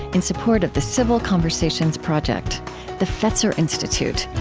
in support of the civil conversations project the fetzer institute,